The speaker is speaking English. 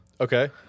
Okay